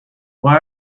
why